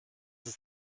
ist